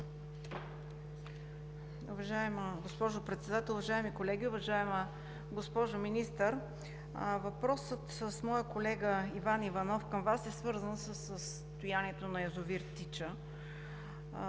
въпросът с моя колега Иван Иванов към Вас е свързан със състоянието на язовир „Тича“.